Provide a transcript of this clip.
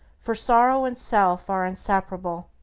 for sorrow and self are inseparable.